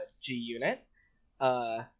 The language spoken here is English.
G-Unit